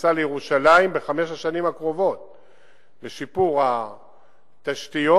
ובכניסה לירושלים בשיפור התשתיות.